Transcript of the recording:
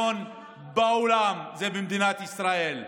המזון במדינת ישראל.